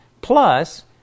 Plus